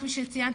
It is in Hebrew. כפי שציינת,